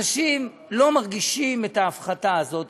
אנשים לא מרגישים את ההפחתה הזאת,